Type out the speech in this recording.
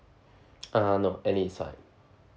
ah no any is fine